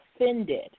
offended